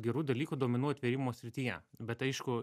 gerų dalykų duomenų atvėrimo srityje bet aišku